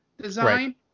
design